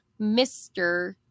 Mr